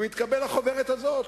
והתקבלה החוברת הזאת,